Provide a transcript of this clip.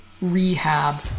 rehab